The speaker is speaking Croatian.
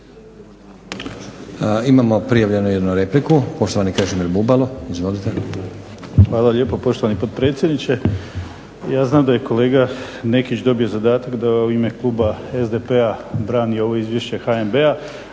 Imamo prijavljenu jednu repliku. Poštovani Krešimir Bubalo, izvolite. **Bubalo, Krešimir (HDSSB)** Hvala lijepo poštovani potpredsjedniče. Ja znam da je kolega Nekić dobio zadatak da u ime kluba SDP-a brani ovo Izvješće HNB-a.